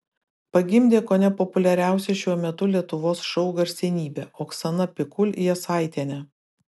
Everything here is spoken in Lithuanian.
pagimdė kone populiariausia šiuo metu lietuvos šou garsenybė oksana pikul jasaitienė